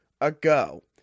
ago